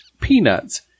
Peanuts